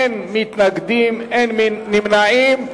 אין מתנגדים, אין נמנעים.